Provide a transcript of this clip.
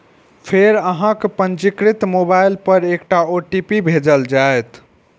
फेर अहांक पंजीकृत मोबाइल पर एकटा ओ.टी.पी भेजल जाएत